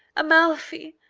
amalfi,